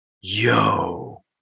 Yo